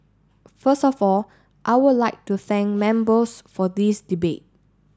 first of all I would like to thank members for this debate